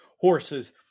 horses